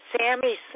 Sammy